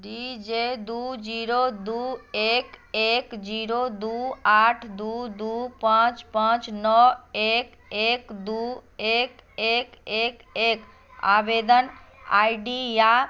D J दू zero दू एक एक जीरो दू आठ दू दू पाँच पाँच नओ एक एक दू एक एक एक एक आवेदन आई डी या